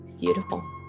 beautiful